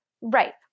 Right